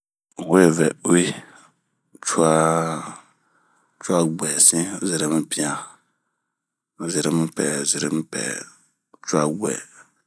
N'we ŋɛ uwi ŋua bwɛsin zeremipian ,zeremipɛ-zeremipɛ cuabwɛ.